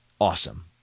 Awesome